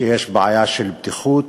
שיש בעיה של בטיחות,